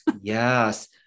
yes